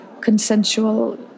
consensual